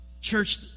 Church